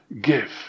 give